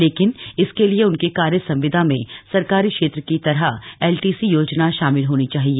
लेकिन इसके लिए उनके कार्य संविदा में सरकारी क्षेत्र की तरह एलटीसी योजना शामिल होनी चाहिए